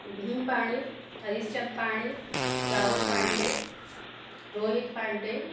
Bhim Pandey Harishchandra Pandey Rahul Pandey Rohit Pandey